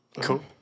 Cool